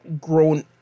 Grown